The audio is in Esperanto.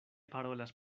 parolas